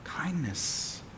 kindness